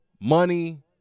Money